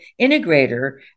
integrator